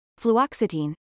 fluoxetine